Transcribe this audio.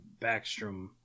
Backstrom